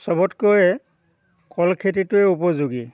চবতকৈয়ে কল খেতিটোৱে উপযোগী